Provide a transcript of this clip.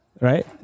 Right